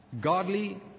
godly